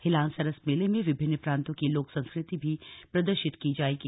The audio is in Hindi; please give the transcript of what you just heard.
हिलांस सरस मेले में विभिन्न प्रांतों की लोकसंस्कृति भी प्रदर्शित की जाएगी